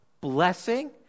Blessing